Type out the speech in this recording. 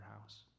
house